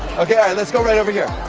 okay, alright, let's go right over here.